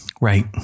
Right